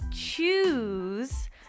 choose